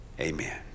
Amen